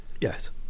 Yes